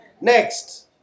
Next